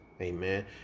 amen